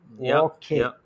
Okay